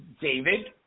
David